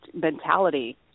mentality